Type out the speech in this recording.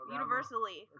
universally